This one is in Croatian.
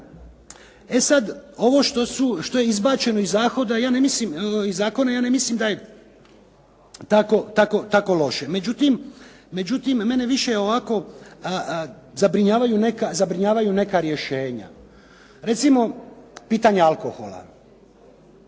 E sad, ovo što je izbačeno iz zakona ja ne mislim da je tako loše, međutim, mene više ovako zabrinjavaju neka rješenja. Recimo, pitanje alkohola.